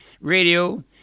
radio